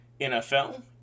NFL